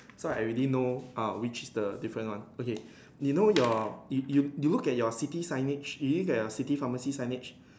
so I already know uh which the different one okay you know your you you you look at your city signage you look at your city pharmacy signage